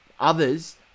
others